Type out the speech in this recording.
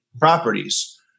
properties